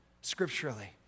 Scripturally